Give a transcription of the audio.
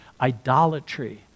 idolatry